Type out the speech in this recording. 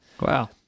Wow